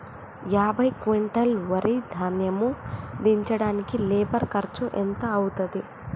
యాభై క్వింటాల్ వరి ధాన్యము దించడానికి లేబర్ ఖర్చు ఎంత అయితది?